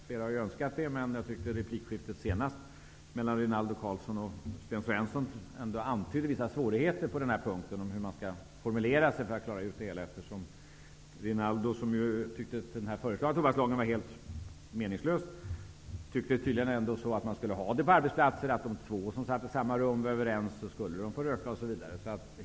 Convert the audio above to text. Flera av er har önskat det, men jag tyckte att replikskiftet senast mellan Rinaldo Karlsson och Sten Svensson ändå antydde vissa svårigheter när det gäller hur man skall formulera sig för att klara ut det hela. Rinaldo Karlsson, som tyckte att den föreslagna tobakslagen var helt meningslös, tyckte ändå att man kunde röka på arbetsplatsen om två som satt i samma rum var överens om det.